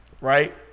Right